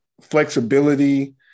flexibility